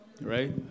right